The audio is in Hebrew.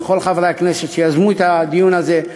ולכל חברי הכנסת שיזמו את הדיון הזה.